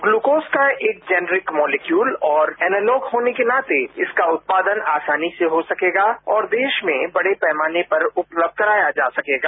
glucose का एक generic molecule और एनालॉक होने के नाते इसका उत्पादन आसानी से हॉ सकेगा और देश में बड़े पैमाने पर उपलब्ध कराया जा सकेगा